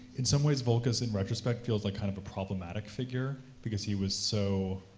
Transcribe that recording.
in some ways voulkos in retrospect feels like kind of a problematic figure, because he was so,